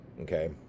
okay